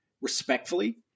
respectfully